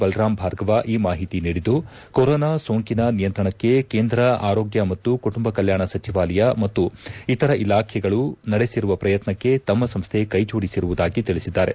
ಬಲರಾಮ್ ಭಾರ್ಗವ ಈ ಮಾಹಿತಿ ನೀಡಿದ್ದು ಕೊರೊನಾ ಸೋಂಕಿನ ನಿಯಂತ್ರಣಕ್ಕೆ ಕೇಂದ್ರ ಆರೋಗ್ಯ ಮತ್ತು ಕುಟುಂಬ ಕಲ್ಕಾಣ ಸಚಿವಾಲಯ ಮತ್ತು ಇತರ ಇಲಾಖೆಗಳು ನಡೆಸಿರುವ ಪ್ರಯತ್ನಕ್ಕೆ ತಮ್ಮ ಸಂಸ್ಥೆ ಕೈಜೋಡಿಸಿರುವುದಾಗಿ ತಿಳಿಸಿದ್ದಾರೆ